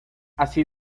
así